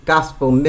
Gospel